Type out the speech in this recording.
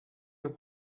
nos